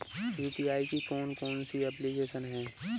UPI की कौन कौन सी एप्लिकेशन हैं?